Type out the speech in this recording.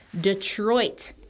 Detroit